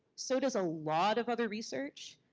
so does a lot of other research,